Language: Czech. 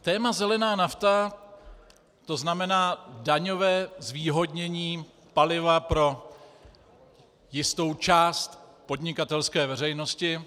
Téma zelená nafta, to znamená daňové zvýhodnění paliva pro jistou část podnikatelské veřejnosti.